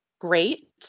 great